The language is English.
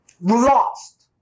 lost